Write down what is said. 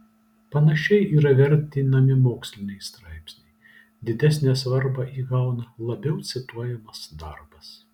panašiai yra vertinami moksliniai straipsniai didesnę svarbą įgauna labiau cituojamas darbas